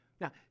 Now